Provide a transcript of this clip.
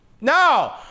No